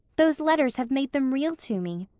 those letters have made them real to me.